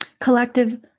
collective